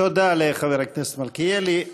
תודה לחבר הכנסת מלכיאלי.